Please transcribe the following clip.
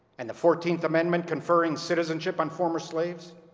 and the fourteenth amendment conferring citizenship on former slaves,